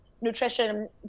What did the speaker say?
nutrition